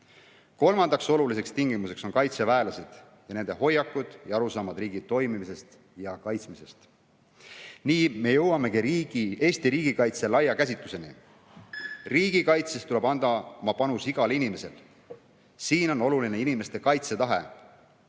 Kolmandaks oluliseks tingimuseks on kaitseväelased ning nende hoiakud ja arusaamad riigi toimimisest ja kaitsmisest. Nii me jõuamegi riigi Eesti riigikaitse laia käsitluseni. Riigikaitses tuleb anda oma panus igal inimesel. Siin on oluline inimeste kaitsetahe.